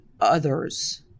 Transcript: others